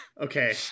Okay